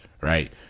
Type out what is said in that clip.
right